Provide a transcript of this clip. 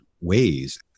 ways